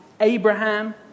Abraham